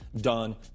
done